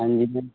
ਹਾਂਜੀ ਮੈਮ